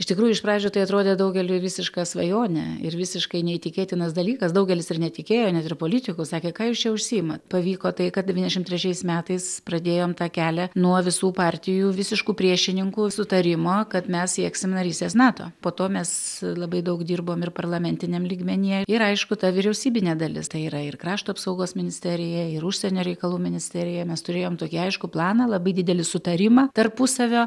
iš tikrųjų iš pradžių tai atrodė daugeliui visiška svajonė ir visiškai neįtikėtinas dalykas daugelis ir netikėjo net ir politikų sakė ką jūs čia užsiimat pavyko tai kad devyniasdešimt trečiais metais pradėjom tą kelią nuo visų partijų visiškų priešininkų sutarimo kad mes sieksim narystės nato po to mes labai daug dirbom ir parlamentiniam lygmenyje ir aišku ta vyriausybinė dalis tai yra ir krašto apsaugos ministerija ir užsienio reikalų ministerija mes turėjom tokį aiškų planą labai didelį sutarimą tarpusavio